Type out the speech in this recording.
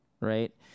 Right